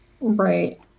right